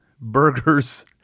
Burgers